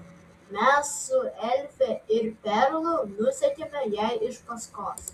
mes su elfe ir perlu nusekėme jai iš paskos